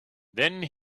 then